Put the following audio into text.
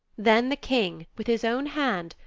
then the king, with his own hand,